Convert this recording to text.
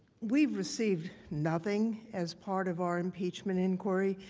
we received nothing as part of our impeachment inquiry,